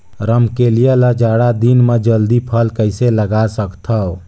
रमकलिया ल जाड़ा दिन म जल्दी फल कइसे लगा सकथव?